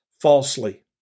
falsely